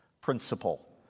principle